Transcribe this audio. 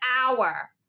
hour